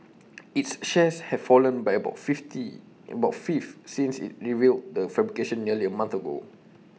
its shares have fallen by about A fifty about A fifth since IT revealed the fabrication nearly A month ago